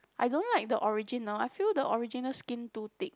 I don't like the original I feel the original skin too thick